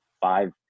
five